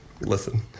Listen